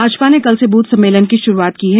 भाजपा ने कल से बूथ सम्मेलन की शुरूआत की है